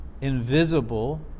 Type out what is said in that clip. invisible